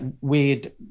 weird